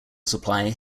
supply